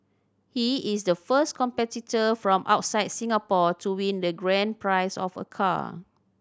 he is the first competitor from outside Singapore to win the grand prize of a car